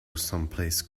someplace